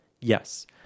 Yes